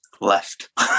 left